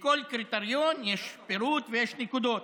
לכל קריטריון יש פירוט ויש נקודות.